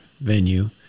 venue